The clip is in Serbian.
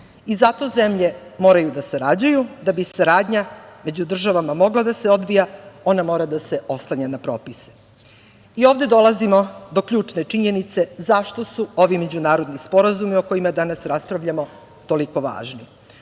Zato zemlje moraju da sarađuju. Da bi saradnja među državama mogla da se odvija, ona mora da se oslanja na propise. Ovde dolazimo do ključne činjenice zašto su ovi međunarodni sporazumi o kojima danas raspravljamo toliko važni